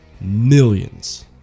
millions